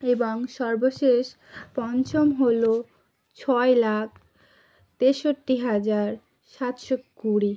এবং সর্বশেষ পঞ্চম হল ছয় লাখ তেষট্টি হাজার সাতশো কুড়ি